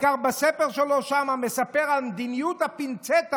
העיקר בספר שלו שם הוא מספר על מדיניות הפינצטה.